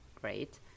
great